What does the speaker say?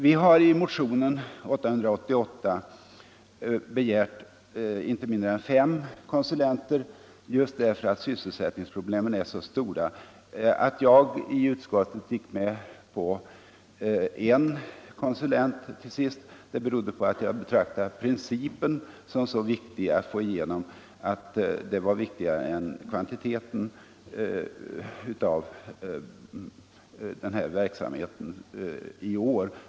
Vi har i motionen 888 begärt inte mindre än fem konsulenter just därför att sysselsättningsproblemen är så stora. Att jag i utskottet till sist gick med på att man nu får endast en konsulent berodde på att jag betraktade principen som så viktig att få igenom att detta i år var viktigare än kvantiteten när det gäller den här verksamheten.